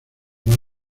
más